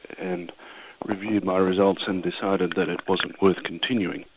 and reviewed my results and decided that it wasn't worth continuing.